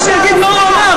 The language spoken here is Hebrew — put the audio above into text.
רק שיגיד מה הוא אמר.